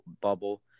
bubble